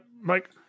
Mike